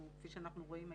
כפי שאנחנו רואים היום,